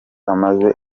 amazi